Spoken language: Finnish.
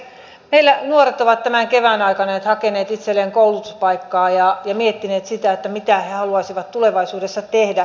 meillä nuoret ovat tämän kevään aikana hakeneet itselleen koulutuspaikkaa ja miettineet mitä he haluaisivat tulevaisuudessa tehdä